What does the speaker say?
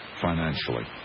financially